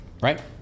right